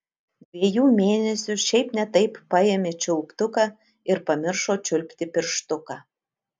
dviejų mėnesių šiaip ne taip paėmė čiulptuką ir pamiršo čiulpti pirštuką